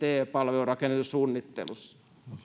te palvelurakennesuunnittelussa